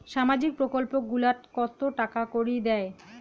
সামাজিক প্রকল্প গুলাট কত টাকা করি দেয়?